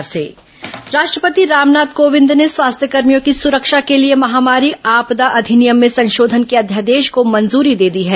corona अध्यादेश मंजूरी राष्ट्रपति रामनाथ कोविंद ने स्वास्थ्यकर्भियों की सुरक्षा के लिए महामारी आपदा अधिनियम में संशोधन के अध्यादेश को मंजूरी दे दी है